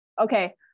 Okay